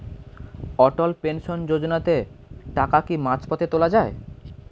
অটল pension যোজনাতে টাকা কি মাঝপথে তোলা যায়?